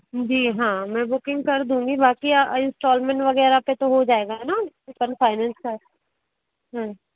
जी हाँ मैं बुकिंग कर दूँगी बाकी इंस्टालमेंट वगैरह पे तो हो जायगा न अपन फाइनेंस का हाँ